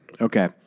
Okay